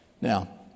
Now